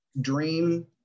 dream